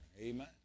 amen